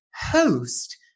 host